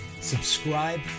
subscribe